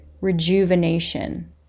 rejuvenation